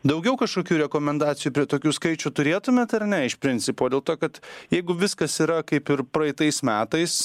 daugiau kažkokių rekomendacijų prie tokių skaičių turėtumėt ar ne iš principo dėl to kad jeigu viskas yra kaip ir praeitais metais